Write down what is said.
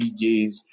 DJs